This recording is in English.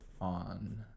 on